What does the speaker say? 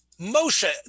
Moshe